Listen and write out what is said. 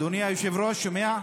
אדוני היושב-ראש, שומע?